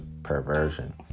Perversion